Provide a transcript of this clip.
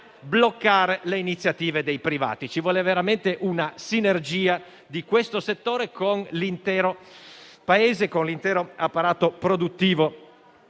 bloccare le iniziative dei privati. Ci vuole veramente una sinergia di questo settore con l'intero Paese e con l'intero apparato produttivo